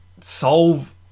solve